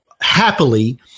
happily